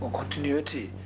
continuity